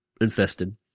infested